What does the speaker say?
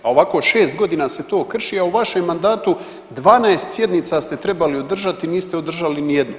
A ovako 6 godina se to krši, a u vašem mandatu 12 sjednica ste trebali održati, niste održali nijednu.